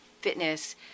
fitness